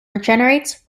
regenerates